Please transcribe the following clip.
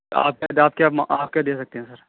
آپ کے آپ کیا دے سکتے ہیں سر